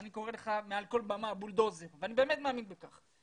אני קורא לך מעל כל במה בולדוזר ואני באמת מאמין בכך.